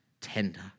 tender